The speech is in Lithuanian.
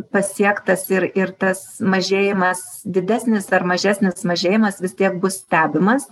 pasiektas ir ir tas mažėjimas didesnis ar mažesnis mažėjimas vis tiek bus stebimas